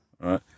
right